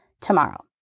tomorrow